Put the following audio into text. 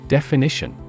Definition